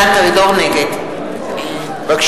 (קוראת בשמות חברי הכנסת) דן מרידור, נגד בבקשה.